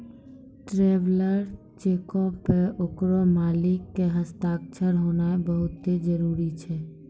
traveller चेको पे ओकरो मालिक के हस्ताक्षर होनाय बहुते जरुरी छै